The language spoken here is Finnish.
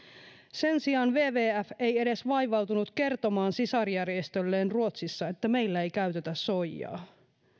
sen sijaan wwf ei edes vaivautunut kertomaan sisarjärjestölleen ruotsissa että meillä ei käytetä soijaa